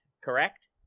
correct